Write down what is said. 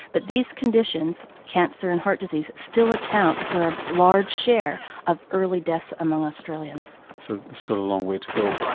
but these conditions cancer and heart disease still account for a large share of early deaths among australians. so there's still a long way to go.